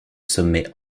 sommets